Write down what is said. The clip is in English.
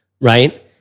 Right